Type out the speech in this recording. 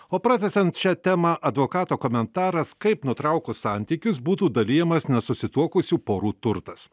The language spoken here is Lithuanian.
o pratęsiant šią temą advokato komentaras kaip nutraukus santykius būtų dalijamas nesusituokusių porų turtas